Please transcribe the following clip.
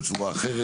בצורה אחרת,